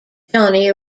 johnny